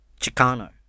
Chicano